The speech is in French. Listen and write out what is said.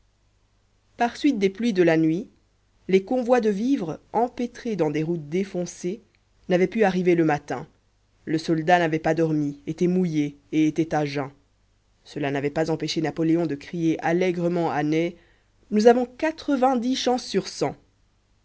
par suite des pluies de la nuit les convois de vivres empêtrés dans des routes défoncées n'avaient pu arriver le matin le soldat n'avait pas dormi était mouillé et était à jeun cela n'avait pas empêché napoléon de crier allégrement à ney nous avons quatre-vingt-dix chances sur cent